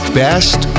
best